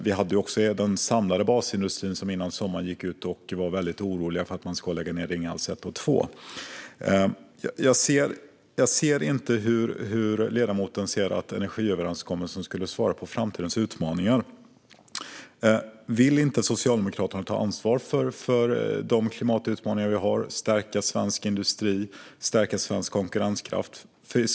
Men före sommaren var den samlade basindustrin för att Ringhals 1 och 2 ska läggas ned. Jag förstår inte hur ledamoten menar att energiöverenskommelsen skulle svara på framtidens utmaningar. Vill Socialdemokraterna inte ta ansvar för de klimatutmaningar vi har och stärka svensk industri och konkurrenskraft?